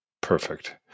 Perfect